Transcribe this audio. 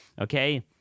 okay